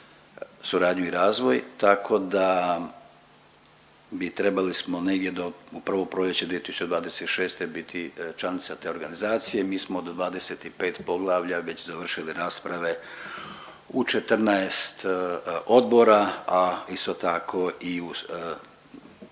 suradnju i razvoj, tako da bi trebali smo negdje do u prvo proljeće 2026. biti članica te organizacije. Mi smo do 25 poglavlja već završili rasprave u 14 odbora, a isto tako